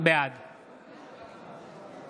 בעד